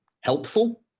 helpful